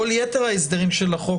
כל יתר ההסדרים של החוק,